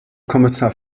kommissar